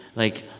like,